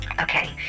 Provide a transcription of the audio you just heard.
Okay